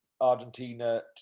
Argentina